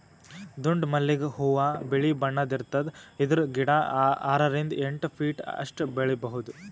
ದುಂಡ್ ಮಲ್ಲಿಗ್ ಹೂವಾ ಬಿಳಿ ಬಣ್ಣದ್ ಇರ್ತದ್ ಇದ್ರ್ ಗಿಡ ಆರರಿಂದ್ ಎಂಟ್ ಫೀಟ್ ಅಷ್ಟ್ ಬೆಳಿಬಹುದ್